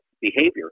behavior